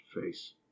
face